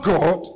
God